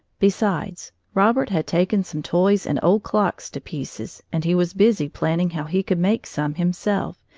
besides, robert had taken some toys and old clocks to pieces, and he was busy planning how he could make some himself,